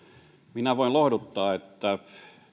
minä voin lohduttaa että